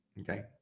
Okay